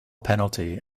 penalty